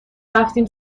رفتیم